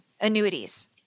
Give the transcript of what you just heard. Annuities